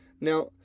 Now